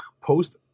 post